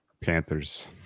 Panthers